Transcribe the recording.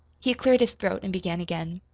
he cleared his throat and began again.